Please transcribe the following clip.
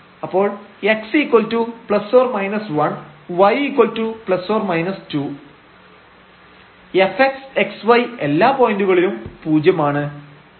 അപ്പോൾ x ±1 y±2 fxxy എല്ലാ പോയന്റുകളിലും 0 ആണ്